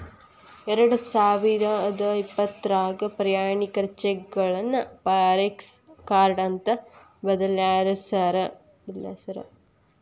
ಎರಡಸಾವಿರದ ಇಪ್ಪತ್ರಾಗ ಪ್ರಯಾಣಿಕರ ಚೆಕ್ಗಳನ್ನ ಫಾರೆಕ್ಸ ಕಾರ್ಡ್ ಅಂತ ಬದಲಾಯ್ಸ್ಯಾರ